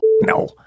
No